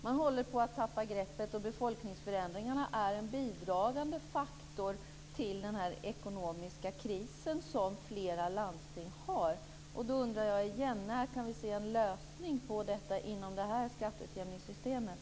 Man håller på att tappa greppet och befolkningsförändringarna är en bidragande faktor till den ekonomiska kris som flera landsting har. Då undrar jag igen: När kan vi se en lösning på detta inom det här skatteutjämningssystemet?